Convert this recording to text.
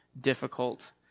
difficult